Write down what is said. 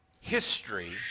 history